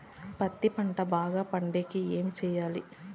పత్తి పంట బాగా పండే కి ఏమి చెయ్యాలి?